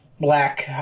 black